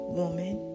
woman